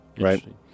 right